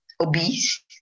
obese